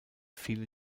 viele